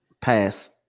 Pass